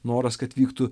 noras kad vyktų